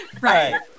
Right